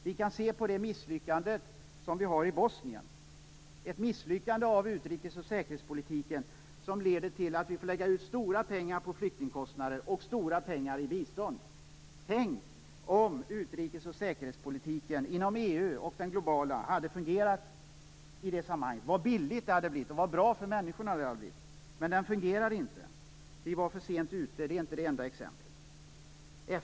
Vi kan se på misslyckandet i Bosnien, ett misslyckande av utrikes och säkerhetspolitiken som leder till att vi får lägga ut stora pengar på flyktingkostnader och bistånd. Tänk om utrikes och säkerhetspolitiken inom EU och globalt hade fungerat i det sammanhanget! Vad billigt det då hade blivit och vad bra för människorna det då hade blivit. Men utrikes och säkerhetspolitiken fungerade inte. Vi var för sent ute, och detta är inte det enda exemplet.